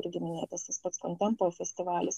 irgi minėtas tas pats kontempo festivalis